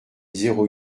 zéro